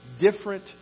different